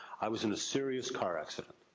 i was in a serious car accident,